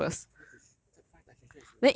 !wah! find titr~ find tritation is really